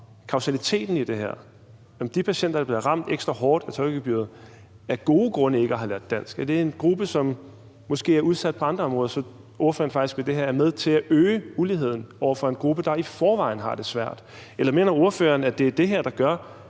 kausaliteten i det her, altså om de patienter, der bliver ramt ekstra hårdt af tolkegebyret, af gode grunde ikke har lært dansk, og at det er en gruppe, som måske er udsat på andre områder, så ordføreren faktisk med det her er med til at øge uligheden i forhold til en gruppe, der i forvejen har det svært? Eller mener ordføreren, at det er det her, der gør,